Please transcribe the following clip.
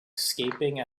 escaping